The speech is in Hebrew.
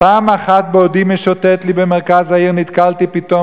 "פעם אחת בעודי משוטט לי במרכז העיר נתקלתי פתאום